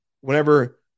Whenever